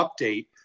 update